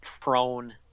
prone